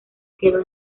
quedó